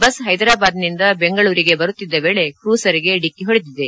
bus Hyderabad ನಿಂದ ಬೆಂಗಳೂರಿಗೆ ಬರುತ್ತಿದ್ದ ವೇಳೆ ಕ್ರೂಸರ್ ಗೆ ಡಿಕ್ಕಿ ಹೊಡೆದಿದೆ